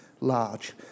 large